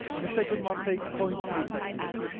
the second one takes point three seconds.